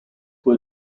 were